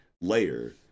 layer